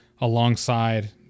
alongside